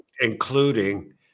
including